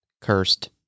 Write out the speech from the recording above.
cursed